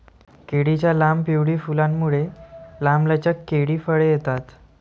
केळीच्या लांब, पिवळी फुलांमुळे, लांबलचक केळी फळे येतात